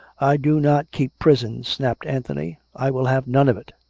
i do not keep prisons, snapped anthony. i will have none of it!